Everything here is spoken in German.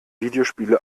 videospiele